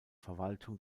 verwaltung